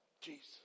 Jesus